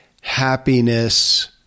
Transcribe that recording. happiness